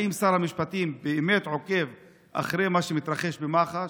האם שר המשפטים באמת עוקב אחרי מה שמתרחש במח"ש?